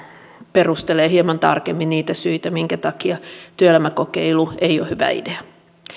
perustelee hieman tarkemmin niitä syitä minkä takia työelämäkokeilu ei ole hyvä idea